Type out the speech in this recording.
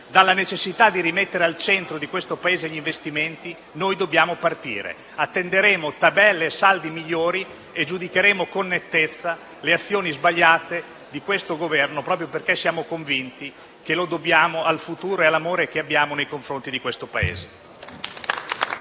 dalla necessità di rimettere al centro del Paese gli investimenti. Attenderemo tabelle e saldi migliori e giudicheremo con nettezza le azioni sbagliate di questo Governo, proprio perché siamo convinti che lo dobbiamo al futuro e all'amore che abbiamo nei confronti del Paese.